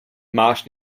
máš